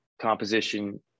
composition